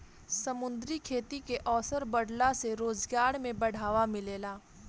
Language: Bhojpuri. समुंद्री खेती के अवसर बाढ़ला से रोजगार में बढ़ावा मिलेला